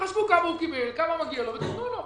תחשבו כמה קיבל, כמה מגיע לו, ותנו לו.